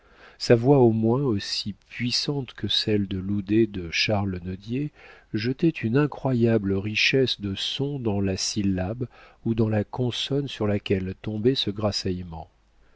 sa voix au moins aussi puissante que celle de l'oudet de charles nodier jetait une incroyable richesse de son dans la syllabe ou dans la consonne sur laquelle tombait ce